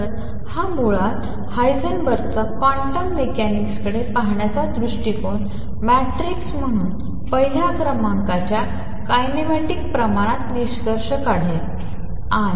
तर हा मुळात हायसेनबर्गचा क्वांटम मेकॅनिक्सकडे पाहण्याचा दृष्टिकोन मॅट्रिक्स म्हणून पहिल्या क्रमांकाच्या किनेमॅटिक प्रमाणात निष्कर्ष काढेल